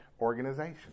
organization